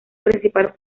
principal